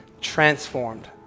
transformed